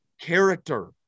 character